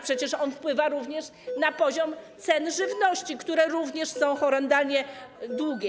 Przecież on wpływa również na poziom cen żywności, które też są horrendalnie wysokie.